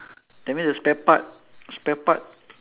that means the spare part spare part